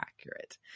accurate